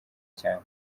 cyane